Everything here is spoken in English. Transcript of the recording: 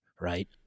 right